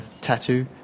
tattoo